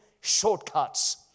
shortcuts